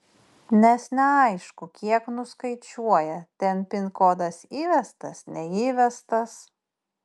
nes neaišku kiek nuskaičiuoja ten pin kodas įvestas neįvestas